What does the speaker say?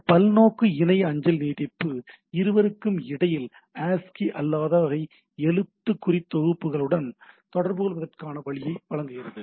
இந்த பல்நோக்கு இணைய அஞ்சல் நீட்டிப்பு இருவருக்கும் இடையில் ஆஸ்கி அல்லாத வகை எழுத்துக்குறி தொகுப்புகளுடன் தொடர்புகொள்வதற்கான வழியை வழங்குகிறது